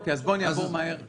אז רועי, בבקשה.